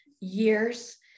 years